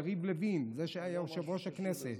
יריב לוין, זה שהיה יושב-ראש הכנסת.